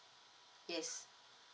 yes